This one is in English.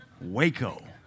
Waco